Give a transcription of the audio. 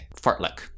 Fartlek